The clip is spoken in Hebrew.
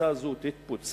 פצצה זו תתפוצץ,